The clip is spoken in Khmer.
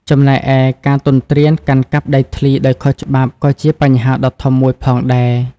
ចំណែកឯការទន្ទ្រានកាន់កាប់ដីធ្លី ដោយខុសច្បាប់ក៏ជាបញ្ហាដ៏ធំមួយផងដែរ។